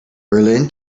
berlin